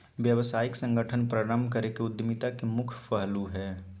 व्यावसायिक संगठन प्रारम्भ करे के उद्यमिता के मुख्य पहलू हइ